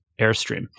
Airstream